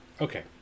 okay